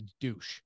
douche